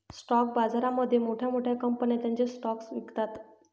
stock बाजारामध्ये मोठ्या मोठ्या कंपन्या त्यांचे स्टॉक्स विकतात